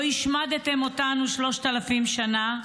לא השמדתם אותנו 3,000 שנה,